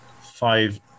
five